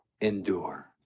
endure